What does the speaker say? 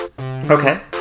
Okay